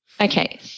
Okay